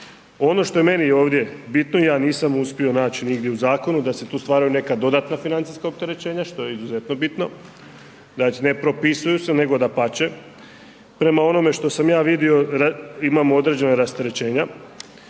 Ono što je meni ovdje bitno, ja nisam uspio naći nigdje u zakonu da se tu stvaraju neka dodatna financijska opterećenja što je izuzetno bitno, znači ne propisuju se nego dapače. Prema onome što sam ja vidio imamo određena rasterećenja